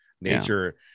nature